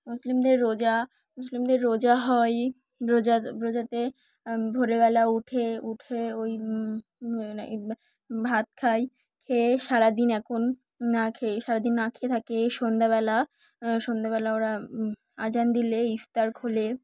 মুসলিমদের রোজা মুসলিমদের রোজা হয় রোজা রোজাতে ভোরবেলা উঠে উঠে ওই ভাত খাই খেয়ে সারাদিন এখন না খেয়ে সারাদিন না খেয়ে থাকে সন্ধ্যাবেলা সন্ধেবেলা ওরা আজান দিলে ইফতার খোলে